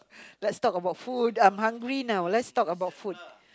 let's talk about food I'm hungry now let's talk about food